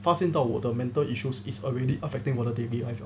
发现到我的 mental issues is already affecting 我的 daily life liao